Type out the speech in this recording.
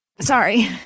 Sorry